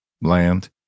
Land